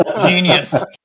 genius